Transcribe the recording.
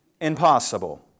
impossible